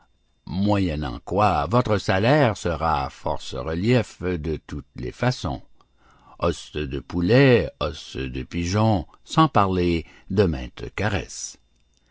moyennant quoi votre salaire sera force reliefs de toutes les façons os de poulets os de pigeons sans parler de mainte caresse